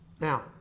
Now